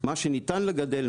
מה שניתן לגדל,